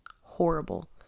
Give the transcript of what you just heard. horrible